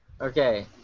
Okay